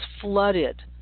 flooded